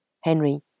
Henry